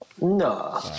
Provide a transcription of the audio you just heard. No